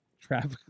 traffic